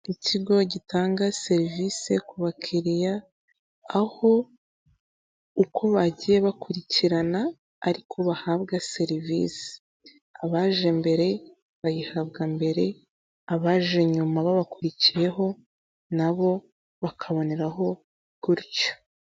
Ikigo gitanga serivisi ku bakiriya aho uko bagiye, bakurikirana ariko bahabwa serivisi, abaje mbere bayihabwa mbere, abaje nyuma babakurikiyeho, nabo bakaboneraho gutyo.